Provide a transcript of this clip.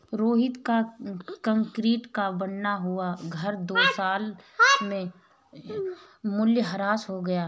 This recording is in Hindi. रोहित का कंक्रीट का बना हुआ घर दो साल में मूल्यह्रास हो गया